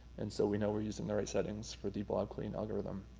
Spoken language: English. and so we know we're using the right settings for the blob clean algorithm.